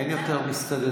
אין יותר מסתננים.